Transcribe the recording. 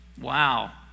Wow